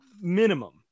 minimum